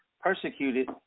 persecuted